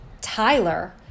Tyler